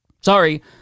Sorry